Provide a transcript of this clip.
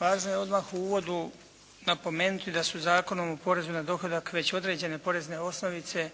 važno je odmah u uvodu napomenuti da su Zakonom o porezu na dohodak već određene porezne osnovice